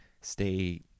Stay